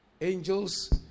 Angels